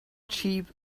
chief